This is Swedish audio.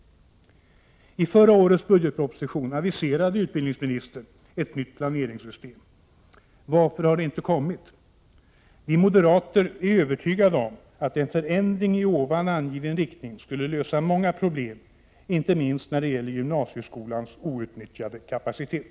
I förra årets budgetproposition aviserade utbildningsministern ett nytt planeringssystem. Varför har det inte kommit? Vi moderater är övertygade om att en förändring i angiven riktning skulle lösa många problem, inte minst när det gäller gymnasieskolans outnyttjade kapacitet.